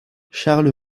charles